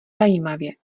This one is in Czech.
zajímavě